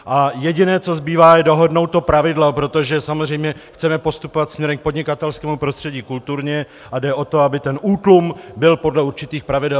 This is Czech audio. A jediné, co zbývá, je dohodnout to pravidlo, protože samozřejmě chceme postupovat směrem k podnikatelskému prostředí kulturně, a jde o to, aby ten útlum byl podle určitých pravidel.